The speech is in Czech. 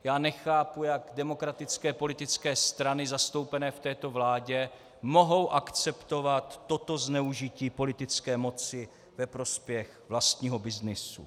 Já nechápu, jak demokratické politické strany zastoupené v této vládě mohou akceptovat toto zneužití politické moci ve prospěch vlastního byznysu.